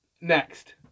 next